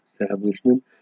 establishment